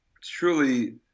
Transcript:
truly